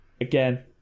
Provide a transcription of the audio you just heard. again